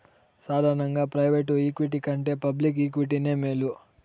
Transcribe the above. సాదారనంగా private equity కంటే public ఈక్విటీనే మేలు